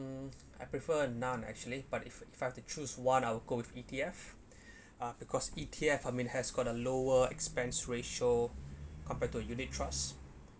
I prefer a non actually but if if I have to choose one I'll go with E_T_F uh because E_T_F I mean has got a lower expense ratio compared to a unit trust